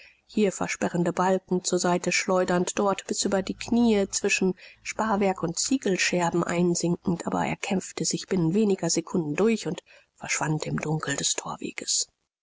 hier versperrende balken zur seite schleudernd dort bis über die kniee zwischen sparrwerk und ziegelscherben einsinkend aber er kämpfte sich binnen wenigen sekunden durch und verschwand im dunkel des thorweges